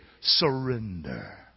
surrender